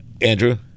Andrew